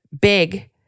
big